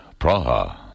Praha